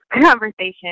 conversation